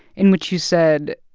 in which you said,